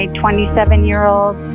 27-year-old